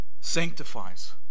sanctifies